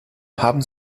haben